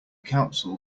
council